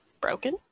broken